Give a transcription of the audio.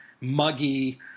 muggy